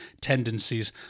tendencies